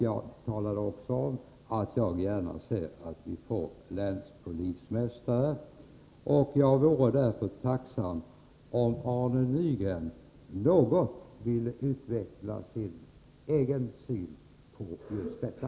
Jag talade också om att jag gärna ser att vi får länspolismästare. Jag vore därför tacksam om Arne Nygren något vill utveckla sin egen syn på just detta.